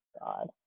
God